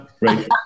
Right